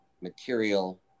material